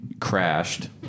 crashed